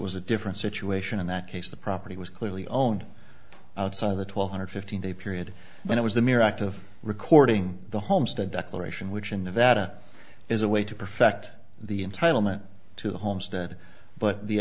was a different situation in that case the property was clearly own outside the twelve hundred fifteen day period when it was the mere act of recording the homestead declaration which in nevada is a way to perfect the entitlement to the homestead but the